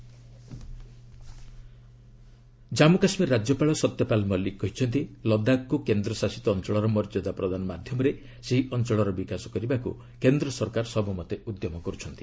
Ladakh governor Jammu Kashmir ରାଜ୍ୟପାଳ ସତ୍ୟପାଳ ମଲିକ କହିଛନ୍ତି ଲଦାଖକୁ କେନ୍ଦ୍ରଶାସିତ ଅଞ୍ଚଳର ମର୍ଯ୍ୟାଦା ପ୍ରଦାନ ମାଧ୍ୟମରେ ସେହି ଅଞ୍ଚଳର ବିକାଶ କରିବାକୁ କେନ୍ଦ୍ର ସରକାର ସବୁମତେ ଉଦ୍ୟମ କରୁଛନ୍ତି